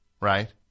Right